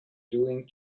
doing